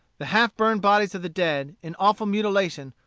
the half-burned bodies of the dead, in awful mutilation,